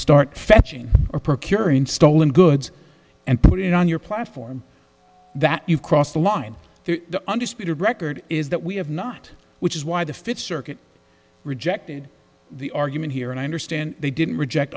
start fetching or procuring stolen goods and put it on your platform that you cross the line the undisputed record is that we have not which is why the fifth circuit rejected the argument here and i understand they didn't reject